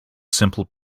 simple